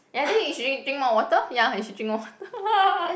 ya then you should drin~ drink more water ya you should drink more water